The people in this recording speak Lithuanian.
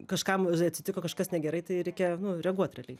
kažkam atsitiko kažkas negerai tai reikia reaguot realiai